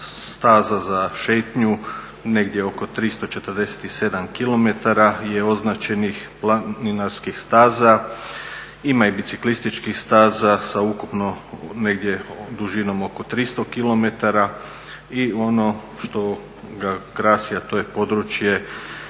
staza za šetnju, negdje oko 347 km je označenih planinarskih staza. Ima i biciklističkih staza sa ukupno negdje dužinom oko 300 km i ono što ga krasi, a to je područje